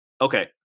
Okay